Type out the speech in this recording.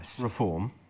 reform